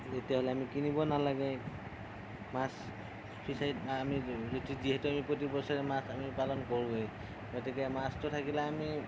তেতিয়াহ'লে আমি কিনিব নালাগে মাছ ফিচাৰিত আমি যি যিহেতু আমি প্ৰতি বছৰে মাছ উৎপাদন কৰোৱেই গতিকে মাছটো থাকিলে আমি